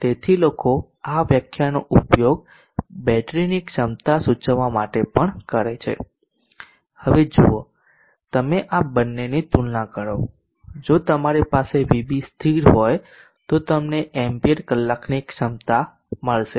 તેથી લોકો આ વ્યાખ્યાનો ઉપયોગ બેટરીની ક્ષમતા સૂચવવા માટે પણ કરે છે હવે જો તમે આ બંનેની તુલના કરો જો મારી પાસે vb સ્થિર હોય તો તમને એમ્પીયર કલાકની ક્ષમતા મળશે